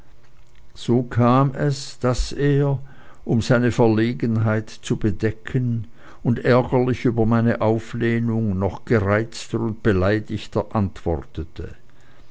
so kam es daß er um seine verlegenheit zu bedecken und ärgerlich über meine auflehnung noch gereizter und beleidigter antwortete